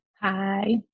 Hi